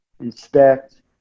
inspect